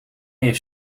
heeft